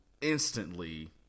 instantly